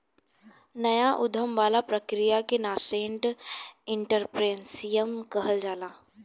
नाया उधम वाला प्रक्रिया के नासेंट एंटरप्रेन्योरशिप कहल जाला